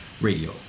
Radio